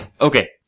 Okay